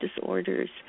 disorders